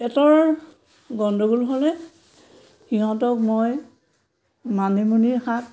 পেটৰ গণ্ডগোল হ'লে সিহঁতক মই মানিমুনিৰ শাক